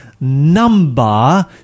number